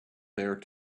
there